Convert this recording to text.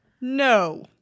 No